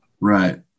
Right